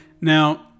Now